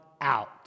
out